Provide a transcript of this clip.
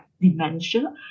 dementia